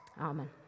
Amen